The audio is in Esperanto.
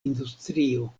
industrio